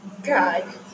God